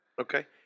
Okay